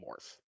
morph